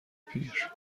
پیر